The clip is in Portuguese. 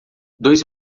dois